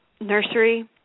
nursery